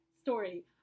story